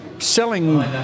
selling